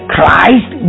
Christ